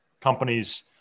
companies